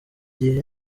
gihe